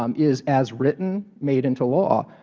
um is as written made into law,